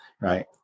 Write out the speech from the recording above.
right